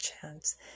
chance